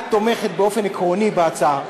את תומכת באופן עקרוני בהצעה,